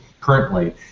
currently